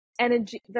energy